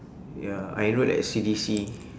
ya I enrolled at C_D_C